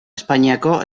espainiako